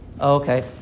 Okay